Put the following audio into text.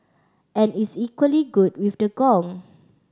and is equally good with the gong